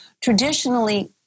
Traditionally